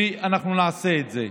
ואנחנו נעשה את זה.